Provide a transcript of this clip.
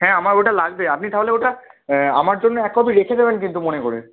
হ্যাঁ আমার ওটা লাগবে আপনি তাহলে ওটা আমার জন্যে এক কপি রেখে দেবেন কিন্তু মনে করে